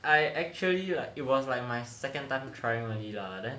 I actually like it was like my second time trying only lah then